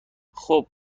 خوب